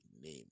name